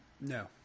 no